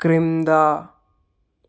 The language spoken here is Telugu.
క్రింద